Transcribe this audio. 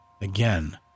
Again